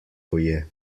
poje